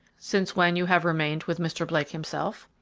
since when you have remained with mr. blake himself?